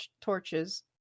torches